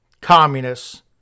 communists